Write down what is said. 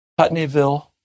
Putneyville